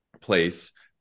place